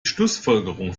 schlussfolgerung